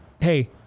hey